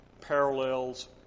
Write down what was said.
parallels